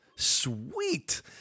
sweet